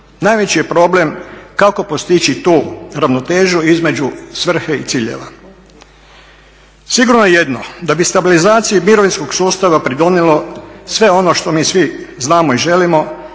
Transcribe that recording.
Najveći je problem kako postići tu ravnotežu između svrhe i ciljeva. Sigurno je jedno, da bi stabilizaciji mirovinskog sustava pridonijelo sve ono što mi svi znamo i želimo